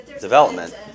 development